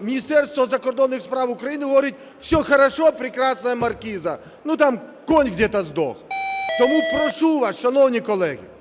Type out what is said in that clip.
Міністерство закордонних справ України говорить: "Все хорошо, прекрасная маркиза, ну, там конь где-то сдох". Тому прошу вас, шановні колеги,